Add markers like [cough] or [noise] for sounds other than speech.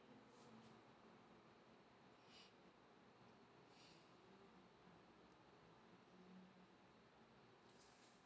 [breath] [breath]